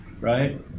Right